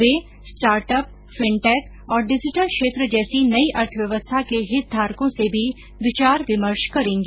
वे startup fintech और digital क्षेत्र जैसी नई अर्थव्यवस्था के हितधारकों से भी विचार विमर्श करेंगी